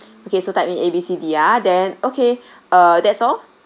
okay so type in A B C D ah then okay uh that's all